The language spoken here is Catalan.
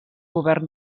govern